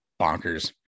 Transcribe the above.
bonkers